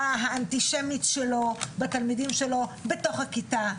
האנטישמית שלו בתלמידים שלו בתוך הכיתה?